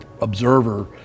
observer